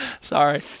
Sorry